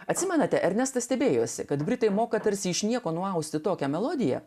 atsimenate ernestas stebėjosi kad britai moka tarsi iš nieko nuausti tokią melodiją